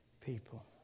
people